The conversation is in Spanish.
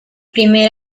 primer